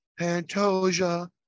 Pantosia